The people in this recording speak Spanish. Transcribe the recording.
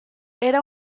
era